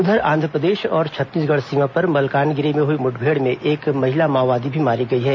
वहीं आंधप्रदेश और छत्तीसगढ़ सीमा पर मलकानगिरी में हुई मुठभेड़ में एक महिला माओवादी भी मारी गई है